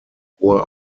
hohe